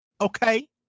okay